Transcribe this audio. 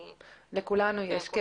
כן, לכולנו יש.